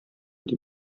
дип